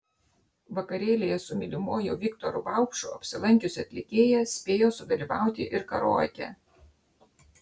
vakarėlyje su mylimuoju viktoru vaupšu apsilankiusi atlikėja spėjo sudalyvauti ir karaoke